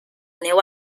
neu